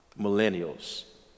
millennials